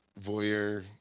voyeur